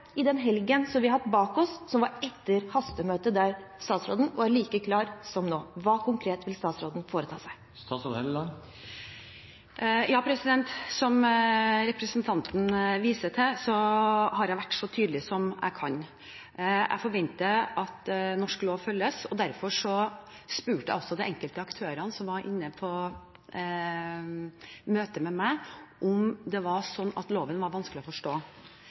i helgen vi har bak oss, som kom etter hastemøtet der statsråden var like klar som nå. Hva konkret vil statsråden foreta seg? Som representanten viser til, har jeg vært så tydelig jeg kan. Jeg forventer at norsk lov følges. Derfor spurte jeg også de enkelte aktørene som var på møte med meg, om det var sånn at loven var vanskelig å forstå.